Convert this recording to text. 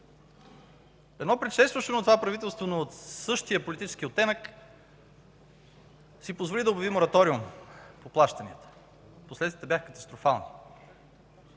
Едно предшестващо на това правителство, но от същия политически оттенък си позволи да обяви мораториум по плащанията – последствията бяха катастрофални.